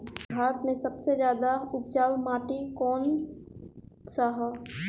भारत मे सबसे ज्यादा उपजाऊ माटी कउन सा ह?